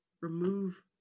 remove